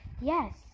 Yes